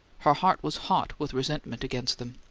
her heart was hot with resentment against them.